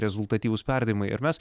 rezultatyvūs perdavimai ir mes